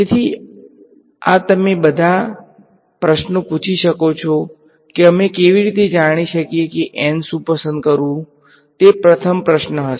તેથી આ તમે ઘણા બધા પ્રશ્નો પૂછી શકો છો કે અમે કેવી રીતે જાણી શકીએ કે n શું પસંદ કરવું તે પ્રથમ પ્રશ્ન હશે